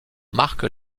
marque